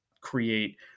create